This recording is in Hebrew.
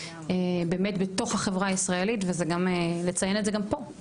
בתוך החברה הישראלית וגם לציין את זה פה.